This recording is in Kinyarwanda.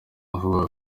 ukuvuga